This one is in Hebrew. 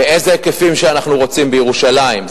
באיזה היקפים שאנחנו רוצים בירושלים.